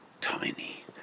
tiny